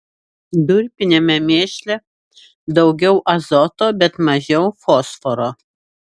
durpiniame mėšle daugiau azoto bet mažiau fosforo